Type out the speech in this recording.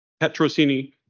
Petrosini